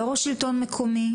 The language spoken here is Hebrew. לא ראש השלטון המקומי,